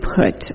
put